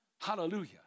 Hallelujah